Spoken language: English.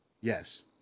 Yes